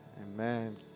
Amen